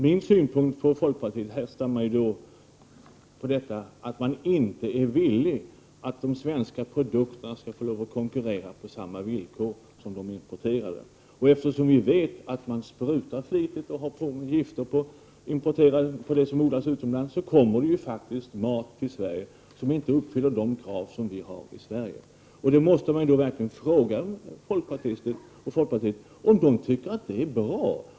Min synpunkt på folkpartiet härrör från det faktum att folkpartiet inte vill att de svenska producenterna skall konkurrera på samma villkor som gäller för producenterna av importerade produkter. Eftersom vi genom provtagning vet att man sprutar flitigt utomlands kommer faktiskt mat till Sverige som inte uppfyller de krav som vi har i Sverige. Då måste jag ju fråga företrädare för folkpartiet om de tycker att det är bra.